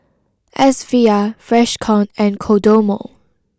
S V R Freshkon and Kodomo